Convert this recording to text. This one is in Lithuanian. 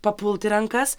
papult į rankas